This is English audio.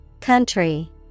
Country